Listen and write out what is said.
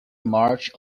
march